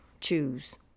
choose